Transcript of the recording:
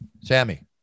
Sammy